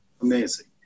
amazing